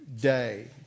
day